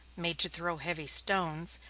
made to throw heavy stones,